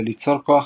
וליצור כוח